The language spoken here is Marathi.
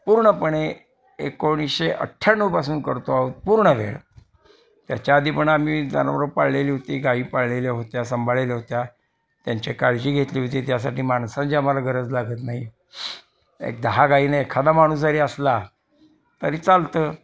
पूर्णपणे एकोणीसशे अठ्ठ्याण्णवपासून करतो आहोत पूर्ण वेळ त्याच्या आधी पण आम्ही जनावरं पाळलेली होती गाई पाळलेल्या होत्या सांभाळलेल्या होत्या त्यांच्या काळजी घेतली होती त्यासाठी माणसांची आम्हाला गरज लागत नाही एक दहा गाईने एखादा माणूस जरी असला तरी चालतं